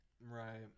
Right